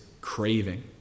craving